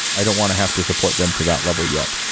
i don't want to have to support them to that level yet.